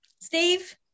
Steve